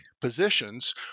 positions